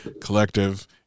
Collective